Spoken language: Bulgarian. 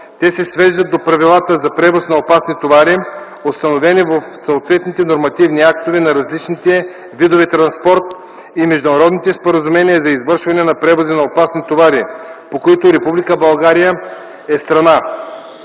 Те се свеждат до правилата за превоз на опасни товари, установени в съответните нормативни актове за различните видове транспорт и международните споразумения за извършване на превози на опасни товари, по които Република България е страна.